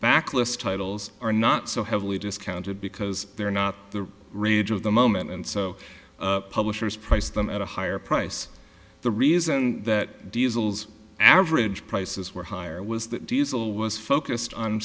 backlist titles are not so heavily discounted because they're not the rage of the moment and so publishers price them at a higher price the reason that diesels average prices were higher was that diesel was focused on